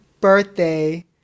birthday